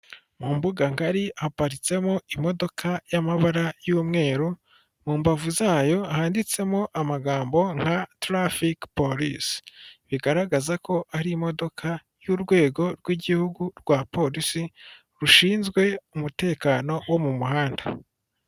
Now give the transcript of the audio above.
Mu mbuga ngari haparitsemo imodoka y'amabara y'umweru, mu mbavu zayo handitsemo amagambo nka traffic police, bigaragaza ko ari imodoka y'urwego rw'igihugu rwa polisi rushinzwe umutekano wo mu muhanda.